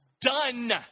done